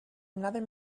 another